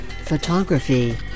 photography